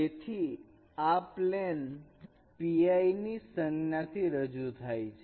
તેથી આ plane pi સંજ્ઞા થી રજૂ થાય છે